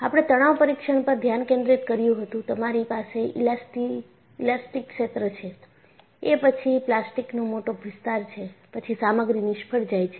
આપણે તણાવ પરીક્ષણ પર ધ્યાન કેન્દ્રિત કર્યું હતું તમારી પાસે ઈલાસ્ટીક ક્ષેત્ર છે એ પછી પ્લાસ્ટિકનો મોટો વિસ્તાર છે પછી સામગ્રી નિષ્ફળ જાય છે